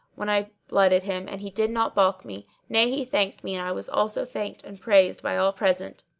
when i blooded him and he did not baulk me nay he thanked me and i was also thanked and praised by all present.